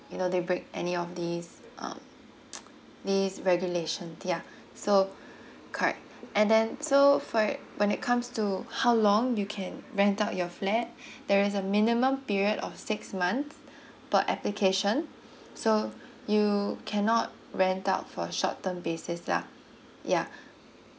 you know they break any of this um these regulation ya so correct and then so for when it comes to how long you can rent out your flat there is a minimum period of six month per application so you cannot rent out for short term basis lah yeah